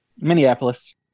Minneapolis